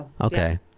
okay